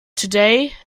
today